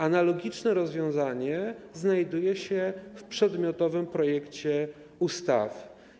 Analogiczne rozwiązanie znajduje się w przedmiotowym projekcie ustawy.